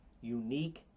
Unique